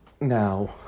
Now